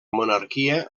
monarquia